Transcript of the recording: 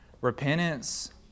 Repentance